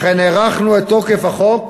לכן הארכנו את תוקף החוק